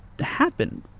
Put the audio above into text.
happen